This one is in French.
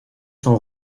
son